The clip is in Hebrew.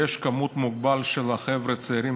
יש מספר מוגבל של חבר'ה צעירים